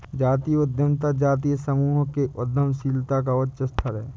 जातीय उद्यमिता जातीय समूहों के उद्यमशीलता का उच्च स्तर है